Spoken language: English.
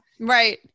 right